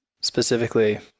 specifically